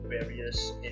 various